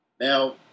Now